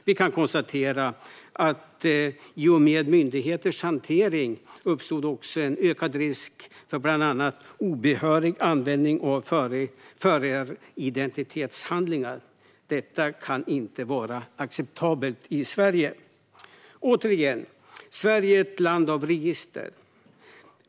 Vi kan konstatera att i och med myndighetens hantering uppstod en ökad risk för bland annat obehörig användning av föraridentitetshandlingar. Detta kan inte vara acceptabelt i Sverige. Återigen: Sverige är ett land av register.